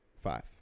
five